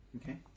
Okay